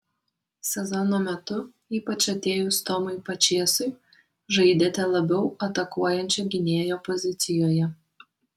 sezono metu ypač atėjus tomui pačėsui žaidėte labiau atakuojančio gynėjo pozicijoje